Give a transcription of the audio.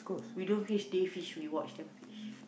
we don't fish they fish we watch them fish